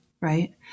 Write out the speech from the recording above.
right